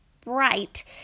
bright